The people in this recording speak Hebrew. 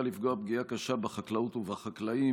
לפגוע פגיעה קשה בחקלאות ובחקלאים.